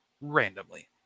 randomly